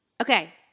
Okay